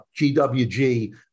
GWG